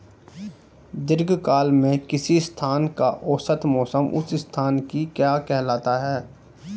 दीर्घकाल में किसी स्थान का औसत मौसम उस स्थान की क्या कहलाता है?